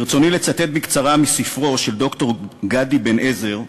ברצוני לצטט בקצרה מספרו של ד"ר גדי בן עזר,